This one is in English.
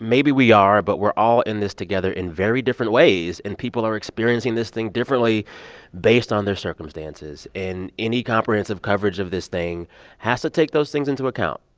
maybe we are, but we're all in this together in very different ways. and people are experiencing this thing differently based on their circumstances. and any comprehensive coverage of this thing has to take those things into account